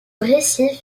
récif